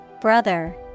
Brother